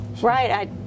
Right